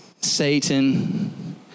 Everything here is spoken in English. Satan